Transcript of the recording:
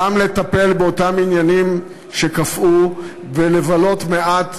גם לטפל באותם עניינים שקפאו ולבלות מעט